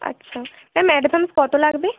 আচ্ছা ma'am advance কতো লাগবে